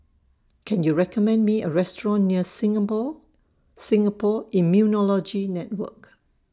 Can YOU recommend Me A Restaurant near Singapore Singapore Immunology Network